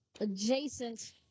adjacent